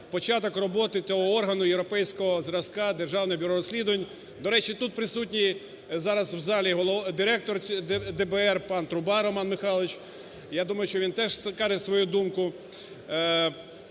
початок роботи того органу європейського зразку – Державне бюро розслідувань. До речі, тут присутні зараз в залі директор ДБР пан Труба Роман Михайлович. Я думаю, що він теж скаже свою думку.